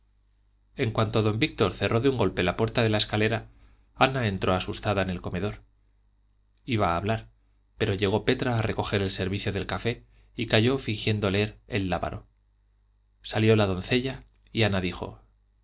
en cuanto don víctor cerró de un golpe la puerta de la escalera ana entró asustada en el comedor iba a hablar pero llegó petra a recoger el servicio del café y calló fingiendo leer el lábaro salió la doncella y ana dijo